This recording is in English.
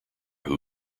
who